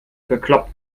bekloppt